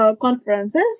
conferences